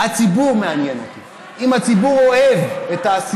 הציבור הוא לא פרסונה,